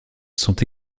sont